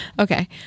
Okay